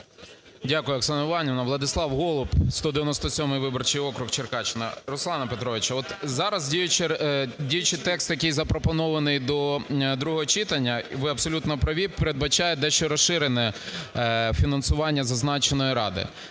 Дякую, Оксано Іванівно. Владислав Голуб, 197 виборчий округ, Черкащина. Руслане Петровичу, от зараз діючий текст, який запропонований до другого читання, і ви абсолютно праві, передбачає дещо розширене фінансування зазначеної ради.